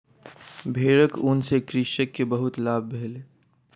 भेड़क ऊन सॅ कृषक के बहुत लाभ भेलै